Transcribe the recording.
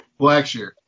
Blackshear